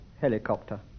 Helicopter